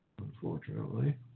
unfortunately